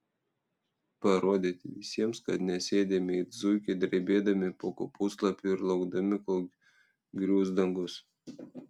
parodyti visiems kad nesėdime it zuikiai drebėdami po kopūstlapiu ir laukdami kol grius dangus